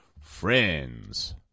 Friends